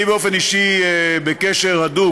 אני באופן אישי בקשר הדוק